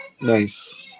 Nice